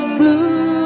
blue